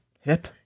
Hip